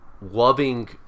loving